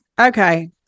Okay